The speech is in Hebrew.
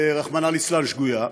רחמנא ליצלן, שגויה,